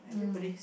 mm